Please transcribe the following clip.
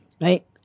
right